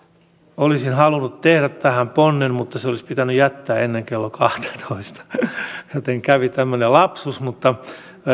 olisin halunnut tehdä tähän ponnen mutta se olisi pitänyt jättää ennen kello kahtatoista joten kävi tämmöinen lapsus mutta